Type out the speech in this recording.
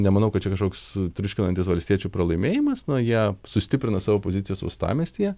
nemanau kad čia kažkoks triuškinantis valstiečių pralaimėjimas na jie sustiprino savo pozicijas uostamiestyje